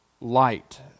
Light